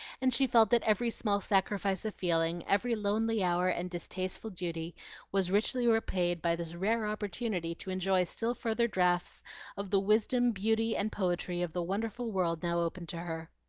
and she felt that every small sacrifice of feeling, every lonely hour, and distasteful duty was richly repaid by this rare opportunity to enjoy still further draughts of the wisdom, beauty, and poetry of the wonderful world now open to her.